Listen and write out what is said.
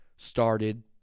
Started